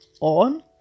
on